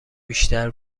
بیشتر